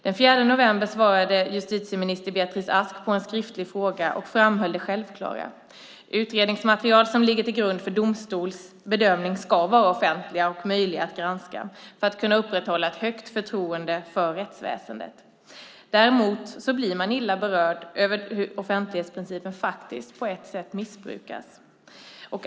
Den 4 november svarade justitieminister Beatrice Ask på en skriftlig fråga och framhöll det självklara, utredningsmaterial som ligger till grund för domstols bedömning ska vara offentligt och möjligt att granska för att man ska kunna upprätthålla ett högt förtroende för rättsväsendet. Däremot blir man illa berörd av hur offentlighetsprincipen på ett sätt missbrukas.